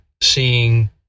seeing